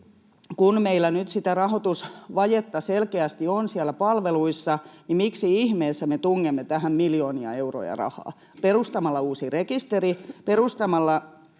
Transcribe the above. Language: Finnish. kun meillä nyt rahoitusvajetta selkeästi on siellä palveluissa, niin miksi ihmeessä me tungemme tähän miljoonia euroja rahaa perustamalla uuden rekisterin, nimittämällä